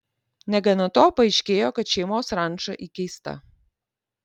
negana to paaiškėjo kad šeimos ranča įkeista